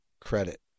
credit